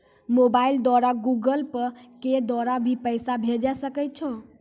Mobile द्वारा Google Pay के द्वारा भी पैसा भेजै सकै छौ?